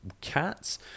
Cats